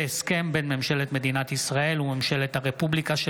הסכם בין ממשלת מדינת ישראל וממשלת הרפובליקה של